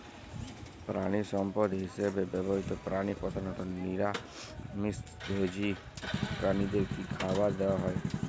প্রাণিসম্পদ হিসেবে ব্যবহৃত প্রাণী প্রধানত নিরামিষ ভোজী প্রাণীদের কী খাবার দেয়া হয়?